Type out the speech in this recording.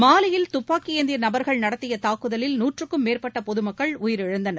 மாலியில் துப்பாக்கி ஏந்திய நபர்கள் நடத்திய தூக்குதலில் நூற்றுக்கும் மேற்பட்ட பொது மக்கள் உயிரிழந்தனர்